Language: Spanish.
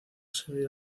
seguir